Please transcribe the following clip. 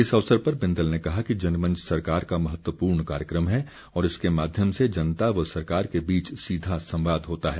इस अवसर पर बिंदल ने कहा कि जनमंच सरकार का महत्वपूर्ण कार्यक्रम है और इसके माध्यम से जनता व सरकार के बीच सीधा संवाद होता है